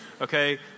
okay